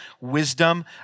wisdom